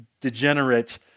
degenerate